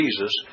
Jesus